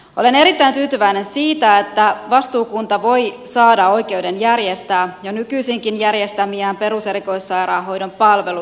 olen erittäin tyytyväinen siihen että vastuukunta voi saada oikeuden järjestää jo nykyisinkin järjestämiään peruserikoissairaanhoidon palveluita